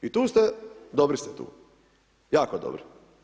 I tu ste, dobri ste tu, jako dobri.